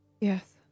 Yes